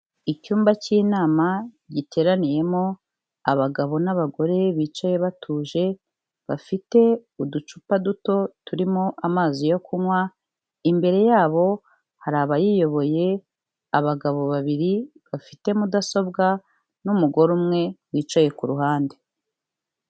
Icyumba cy'inama giteraniyemo abagabo n'abagore bicaye batuje, bafite uducupa duto turimo amazi yo kunywa, imbere yabo hari abayiyoboye, abagabo babiri bafite mudasobwa, n'umugore umwe, wicaye ku ruhande.